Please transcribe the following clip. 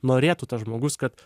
norėtų tas žmogus kad